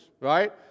right